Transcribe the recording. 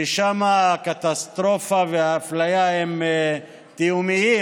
ששם הקטסטרופה והאפליה הם תהומיים,